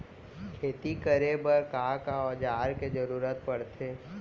खेती करे बर का का औज़ार के जरूरत पढ़थे?